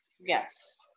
Yes